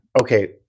Okay